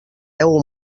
heu